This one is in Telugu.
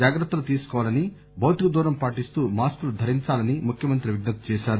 జాగ్రత్తలు తీసుకోవాలని భౌతిక దూరం పాటిస్తూ మాస్కులు ధరించాలని ముఖ్యమంత్రి విజ్ఞప్తి చేశారు